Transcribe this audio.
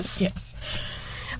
Yes